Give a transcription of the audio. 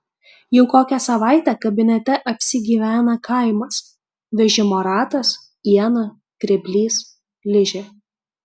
jau kokią savaitę kabinete apsigyvena kaimas vežimo ratas iena grėblys ližė